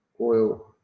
oil